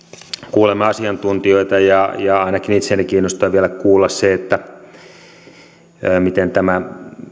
kuulemme asiantuntijoita ja ainakin itseäni kiinnostaa vielä kuulla se miten tämä